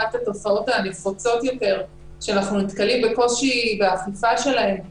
אחת התופעות הנפוצות יותר שאנחנו נתקלים בקושי באכיפה שלה זה